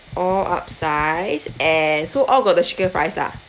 all upsize eh so all got the shaker fries lah